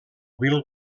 bill